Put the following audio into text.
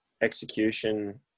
execution